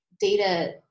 data